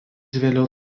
vėliau